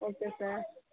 okay sir